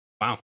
Wow